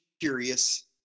curious